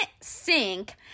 sink